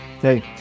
hey